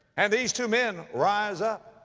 and these two men rise up.